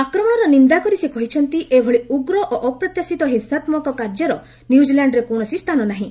ଆକ୍ରମଣର ନିନ୍ଦା କରି ସେ କହିଛନ୍ତି ଏଭଳି ଉଗ୍ର ଓ ଅପ୍ରତ୍ୟାଶିତ ହିଂସାତ୍ମକ କାର୍ଯ୍ୟର ନ୍ୟୁଜିଲାଣ୍ଡରେ କୌଣସି ସ୍ଥାନ ନାହିଁ